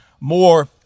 more